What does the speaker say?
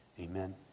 Amen